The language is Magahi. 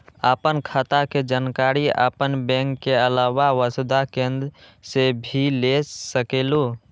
आपन खाता के जानकारी आपन बैंक के आलावा वसुधा केन्द्र से भी ले सकेलु?